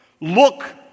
Look